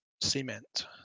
Cement